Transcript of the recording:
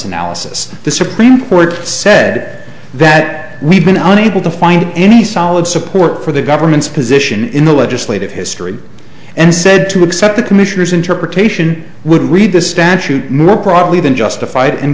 analysis the supreme court said that we've been unable to find any solid support for the government's position in the legislative history and said to accept the commissioner's interpretation would read the statute more probably even justified and